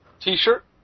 T-shirt